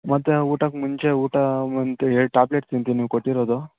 ಮತ್ತು ಊಟಕ್ಕೆ ಮುಂಚೆ ಊಟ ಒಂದು ಎರಡು ಟ್ಯಾಬ್ಲೆಟ್ ತಿಂತೀನಿ ನೀವು ಕೊಟ್ಟಿರೋದು